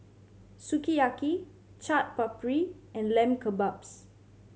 Sukiyaki Chaat Papri and Lamb Kebabs